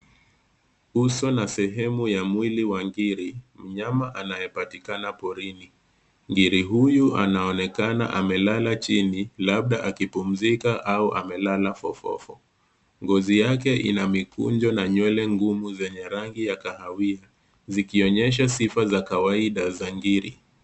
Uso na sehemu ya mwili wa ngiri. Mnyama anayepatikana porini. Ngiri huyu anaonekana amelala chini, labda akipumzika au amelala fofofo. Ngozi yake ina mikunjo na nywele ngumu zenye rangi ya kahawia, zikionyesha sifa za kawaida za ngiri.